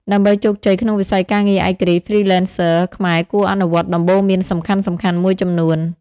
ដើម្បីជោគជ័យក្នុងវិស័យការងារឯករាជ្យ Freelancers ខ្មែរគួរអនុវត្តដំបូន្មានសំខាន់ៗមួយចំនួន។